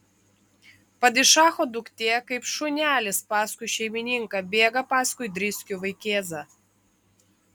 padišacho duktė kaip šunelis paskui šeimininką bėga paskui driskių vaikėzą